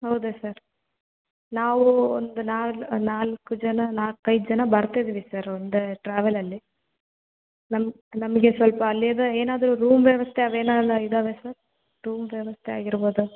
ಹೌದಾ ಸರ್ ನಾವು ಒಂದು ನಾಲ್ ನಾಲ್ಕು ಜನ ನಾಲ್ಕೈದು ಜನ ಬರ್ತಿದ್ದೀವಿ ಸರ್ ಒಂದು ಟ್ರಾವೆಲಲ್ಲಿ ನಮ್ಮ ನಮಗೆ ಸ್ವಲ್ಪ ಅಲ್ಲೆದು ಏನಾದರು ರೂಮ್ ವ್ಯವಸ್ಥೆ ಅವೇನಾನು ಇದ್ದಾವೆ ಸರ್ ರೂಮ್ ವ್ಯವಸ್ಥೆ ಆಗಿರ್ಬೋದು